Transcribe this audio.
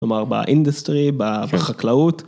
כלומר באינדסטרי, בחקלאות.